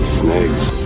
snakes